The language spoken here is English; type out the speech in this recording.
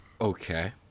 Okay